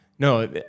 No